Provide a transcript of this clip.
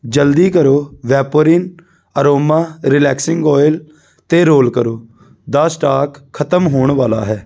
ਜਲਦੀ ਕਰੋ Vaporin aroma relaxing oil ਅਤੇ ਰੋਲ ਕਰੋ ਦਾ ਸਟਾਕ ਖ਼ਤਮ ਹੋਣ ਵਾਲਾ ਹੈ